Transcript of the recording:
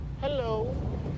Hello